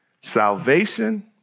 salvation